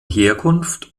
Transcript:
herkunft